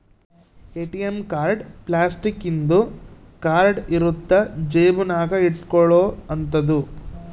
ATM card plastic ಇಂದು card ಇರುತ್ತ ಜೇಬ ನಾಗ ಇಟ್ಕೊಲೊ ಅಂತದು